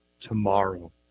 tomorrow